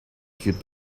cute